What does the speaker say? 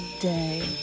day